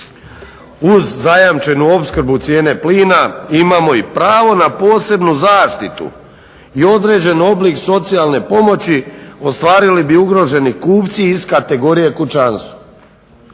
uz zajamčenu opskrbu cijene plina imamo i pravo na posebnu zaštitu i odrađen oblik socijalne pomoći ostvarili bi ugroženi kupci iz kategorije kućanstva.